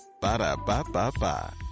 Ba-da-ba-ba-ba